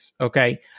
Okay